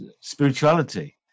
spirituality